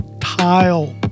tile